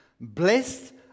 blessed